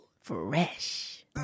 Fresh